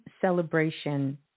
celebration